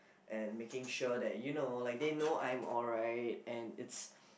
and making sure that you know like they know I'm alright and it's